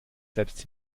selbst